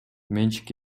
менчик